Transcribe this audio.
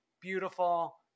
beautiful